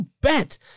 bet